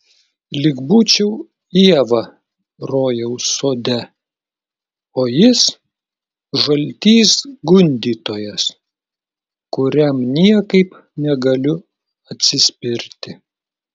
lyg būčiau ieva rojaus sode o jis žaltys gundytojas kuriam niekaip negaliu atsispirti